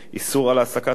איסור העסקת עובדים,